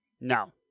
No